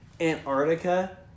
Antarctica